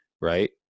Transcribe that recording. right